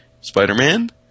Spider-Man